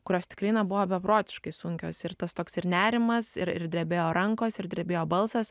kurios tikrai na buvo beprotiškai sunkios ir tas toks ir nerimas ir ir drebėjo rankos ir drebėjo balsas